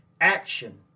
action